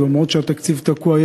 למרות שהתקציב תקוע,